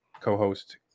co-host